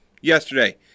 yesterday